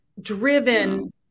Driven